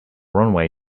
runway